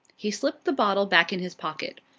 he slipped the bottle back in his pocket.